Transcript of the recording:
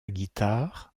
guitare